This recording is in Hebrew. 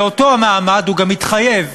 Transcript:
ובאותו מעמד הוא גם התחייב,